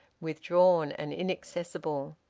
withdrawn and inaccessible?